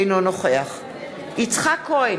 אינו נוכח יצחק כהן,